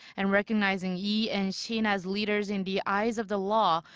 and recognizing lee and shin as leaders in the eyes of the law.